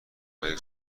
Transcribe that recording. مگه